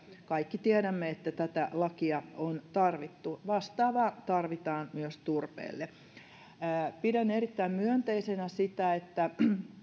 kaikki tiedämme että tätä lakia on tarvittu kivihiilestä luopumiseen kokonaan energiakäytössä vastaavaa tarvitaan myös turpeelle pidän erittäin myönteisenä sitä että